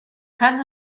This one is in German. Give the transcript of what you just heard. kann